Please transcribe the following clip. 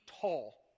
tall